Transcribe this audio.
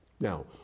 Now